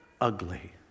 ugly